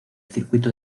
circuito